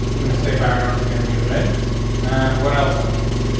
i'm gonna say background is gonna be read and what else i would want.